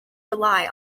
rely